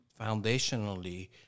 foundationally